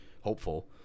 hopeful